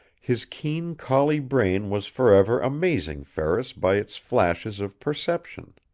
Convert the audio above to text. his keen collie brain was forever amazing ferris by its flashes of perception.